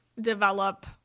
develop